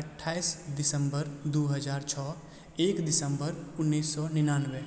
अठ्ठाइस दिसम्बर दू हजार छओ एक दिसम्बर उन्नैस सए निनानबे